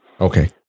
Okay